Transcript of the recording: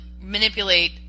manipulate